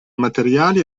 materiali